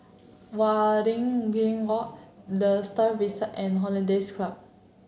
Waringin Walk The Star Vista and Hollandse Club